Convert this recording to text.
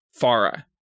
Farah